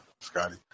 Scotty